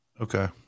Okay